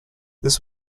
this